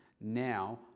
Now